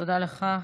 תודה לך.